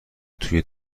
توی